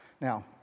Now